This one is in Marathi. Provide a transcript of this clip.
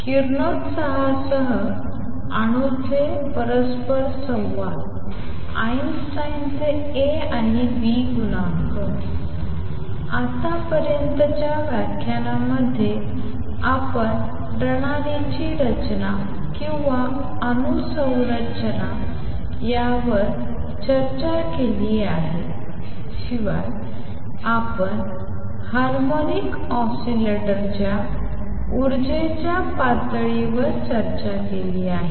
किरणोत्सर्गासह अणूंचे परस्परसंवाद आइन्स्टाईनचे ए आणि बी गुणांक आतापर्यंतच्या व्याख्यानांमध्ये आपण प्रणालीची रचना किंवा अणू संरचना यावर चर्चा केली आहे शिवाय आपण हार्मोनिक ऑसीलेटरच्या ऊर्जेच्या पातळीवर चर्चा केली आहे